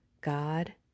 God